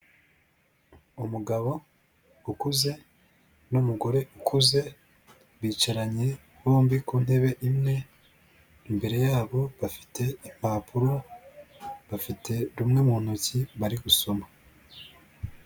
Umugabo ukuze n' numugore ukuze bicaranye bombi ku ntebe imwe, imbere yabo bafite impapuro, bafite rumwe mu ntoki bari gusoma.